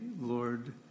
Lord